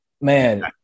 Man